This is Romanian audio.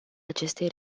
acestei